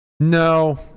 No